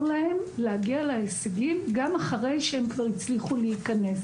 להם להגיע להישגים גם אחרי שהם הצליחו להיכנס.